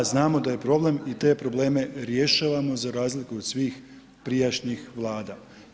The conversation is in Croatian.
Da, znamo da je problem i te probleme rješavamo za razliku od svih prijašnjih Vlada.